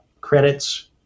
credits